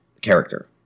character